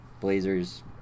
Blazers